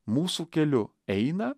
mūsų keliu eina